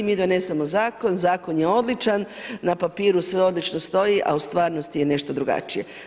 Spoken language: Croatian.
Mi donesemo zakon, zakon je odličan, na papiru sve odlično stoji, a u stvarnosti je nešto drugačije.